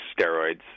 steroids